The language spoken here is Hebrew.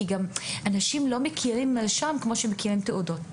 כי אנשים לא מכירים מרשם כמו שהם מכירים תעודות.